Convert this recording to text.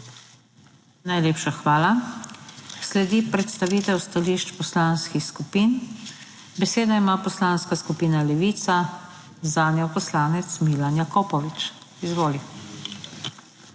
Najlepša hvala. Sledi predstavitev stališč poslanskih skupin. Besedo ima Poslanska skupina Levica, zanjo poslanec Milan Jakopovič. Izvoli.